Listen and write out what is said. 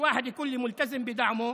כשמישהו אומר לי שהוא מחויב לתמוך בו,